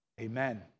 amen